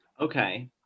Okay